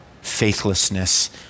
faithlessness